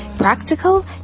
practical